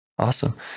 Awesome